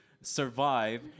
survive